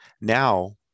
now